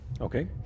Okay